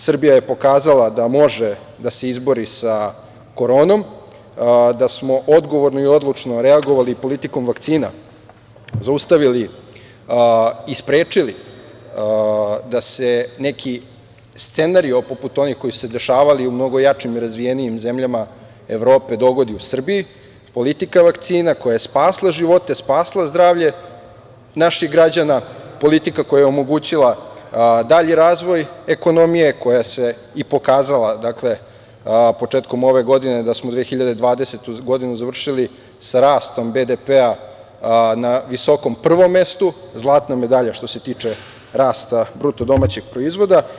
Srbija je pokazala da može da se izbori sa koronom, da smo odgovorno i odlučno reagovali i politikom vakcina zaustavili i sprečili da se neki scenario poput onih koji su se dešavali u mnogo jačim i razvijenijim zemljama Evrope dogodi u Srbiji, politika vakcina koja je spasla živote, spasla zdravlje naših građana, politika koja je omogućila dalji razvoj ekonomije, koja se i pokazala početkom ove godine da smo 2020. godinu završili sa rastom BDP-a na visokom prvom mestu, zlatna medalja što se tiče rasta bruto domaćeg proizvoda.